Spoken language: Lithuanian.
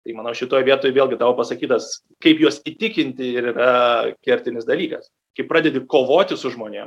tai manau šitoj vietoj vėlgi tavo pasakytas kaip juos įtikinti ir yra kertinis dalykas kai pradedi kovoti su žmonėm